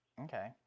Okay